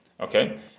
Okay